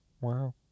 wow